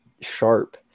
sharp